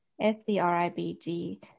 S-C-R-I-B-D